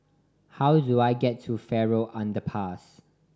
how do I get to Farrer Underpass